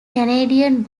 canadian